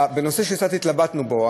בנושא שקצת התלבטנו בו,